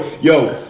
Yo